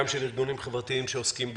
גם של ארגונים חברתיים שעוסקים בתחום.